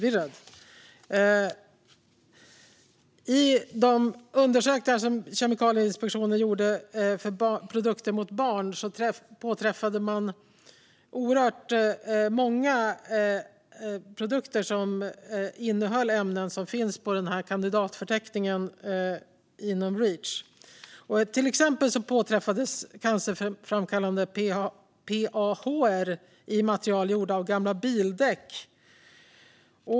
I de undersökningar som Kemikalieinspektionen gjorde av produkter till barn påträffade man oerhört många som innehöll ämnen som finns på kandidatförteckningen inom Reach. Till exempel påträffades cancerframkallande PAH:er i material gjorda av gamla bildäck.